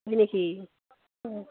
হয় নেকি অঁ